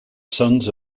sons